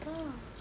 அதான்:athaan